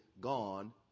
gone